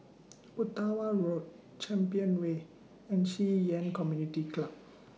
Ottawa Road Champion Way and Ci Yuan Community Club